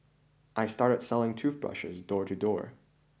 I started selling toothbrushes door to door